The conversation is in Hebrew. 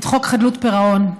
את חוק חדלות פירעון.